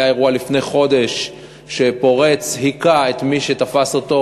היה אירוע לפני חודש שפורץ הכה את מי שתפס אותו.